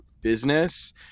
business